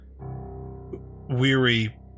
weary